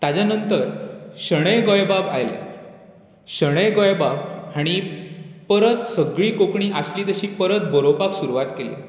ताज्या नंतर शणैं गोंयबाब आयलो शणैं गोंयबाब हांणी परत सगळी कोंकणी आसली तशी परत बरोवपाक सुरवात केली